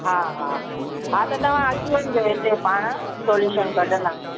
हा हा हा त तव्हां अची वञिजो हिते पाण सोल्युशन कढंदासीं